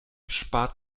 spart